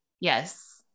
Yes